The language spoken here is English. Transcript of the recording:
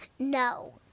No